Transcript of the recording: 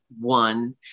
one